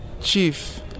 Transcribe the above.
chief